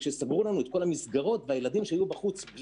כשסגרו לנו את כל המסגרות וילדים היו בחוץ,